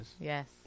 Yes